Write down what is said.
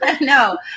No